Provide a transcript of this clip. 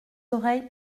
oreilles